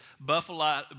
buffalo